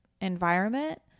environment